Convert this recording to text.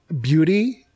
beauty